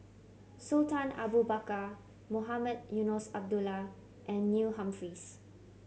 Sultan Abu Bakar Mohamed Eunos Abdullah and Neil Humphreys